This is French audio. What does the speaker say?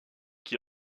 qui